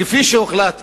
כפי שהוחלט בבית-המשפט,